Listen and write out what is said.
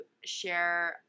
share